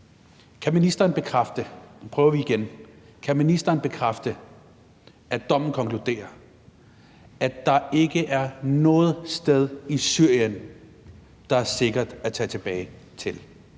Kan ministeren bekræfte, at dommen konkluderer, at der ikke er noget sted i Syrien, der er sikkert at tage tilbage til?